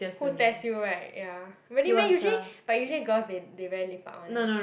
who test you [right] ya really meh usually but usually girls they they very lepak [one] leh